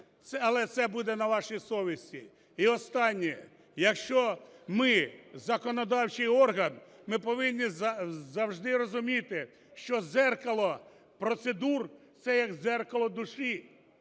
але це буде на вашій совісті. І останнє. Якщо ми – законодавчий орган, ми повинні завжди розуміти, що дзеркало процедур – це як дзеркало душі,